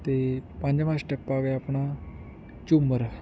ਅਤੇ ਪੰਜਵਾਂ ਸਟੈਪ ਆ ਗਿਆ ਆਪਣਾ ਝੂੰਮਰ